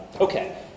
Okay